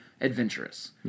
adventurous